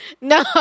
No